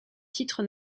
titres